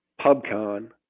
PubCon